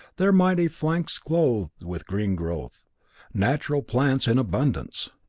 their mighty flanks clothed with green growth natural plants in abundance.